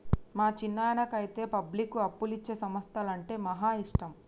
మా చిన్నాయనకైతే పబ్లిక్కు అప్పులిచ్చే సంస్థలంటే మహా ఇష్టం